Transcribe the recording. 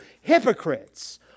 hypocrites